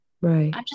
Right